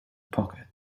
pocket